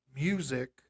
music